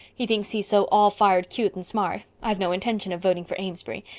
he thinks he's so all-fired cute and smart. i've no intention of voting for amesbury.